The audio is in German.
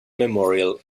memorial